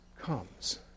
comes